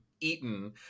eaten